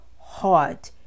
heart